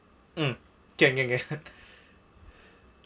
mm can can can